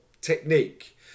technique